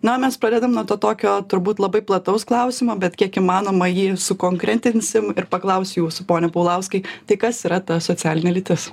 na o mes pradedam nuo to tokio turbūt labai plataus klausimo bet kiek įmanoma jį sukonkretinsim ir paklausiu jūsų pone paulauskai tai kas yra ta socialinė lytis